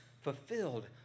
fulfilled